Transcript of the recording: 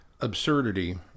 absurdity